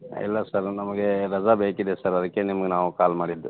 ಇಲ್ಲ ಸರ್ ನಮಗೆ ರಜಾ ಬೇಕಿದೆ ಸರ್ ಅದಕ್ಕೆ ನಿಮ್ಗೆ ನಾವು ಕಾಲ್ ಮಾಡಿದ್ದು